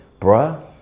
Bruh